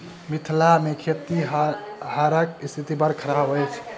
मिथिला मे खेतिहरक स्थिति बड़ खराब अछि